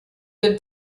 than